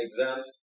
exams